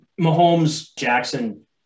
Mahomes-Jackson